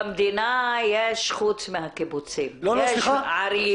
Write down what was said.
במדינה יש חוץ מהקיבוצים - יש ערים,